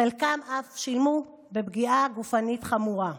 חלקן אף שילמו בפגיעה גופנית חמורה.